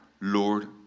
Lord